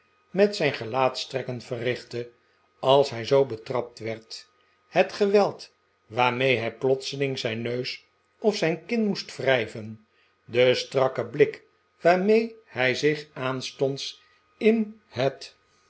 met zijn gelaatstrekken verrichtte als hij zoo betrapt werd het geweld waarmee hij plotseling zijn neus of zijn kin moest wrijven de strakke blik waarmee hij zich aanstonds in het